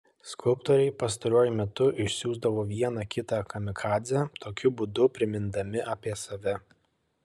skulptoriai pastaruoju metu išsiųsdavo vieną kitą kamikadzę tokiu būdu primindami apie save